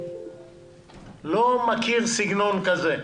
לא מכיר סגנון כזה.